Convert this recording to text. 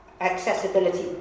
Accessibility